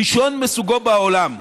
ראשון מסוגו בעולם,